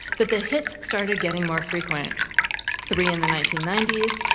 that the hits started getting more frequent three in the nineteen ninety s,